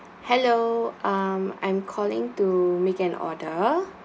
hello um I'm calling to make an order